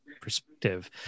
perspective